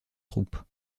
troupes